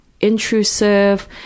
intrusive